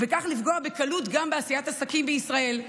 ובכך לפגוע גם בקלות עשיית העסקים בישראל.